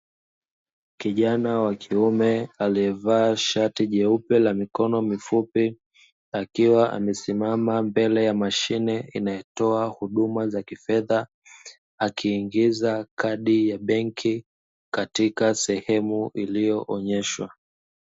Kijana wa kiume alievaa shati jeupe la mikono mifupi, akiwa amesimama mbele ya mashine inayotoa huduma za kifedha, akiingiza kadi ya benki katika sehemu iliyoonyeshwa.